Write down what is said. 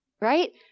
Right